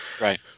Right